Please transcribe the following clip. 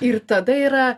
ir tada yra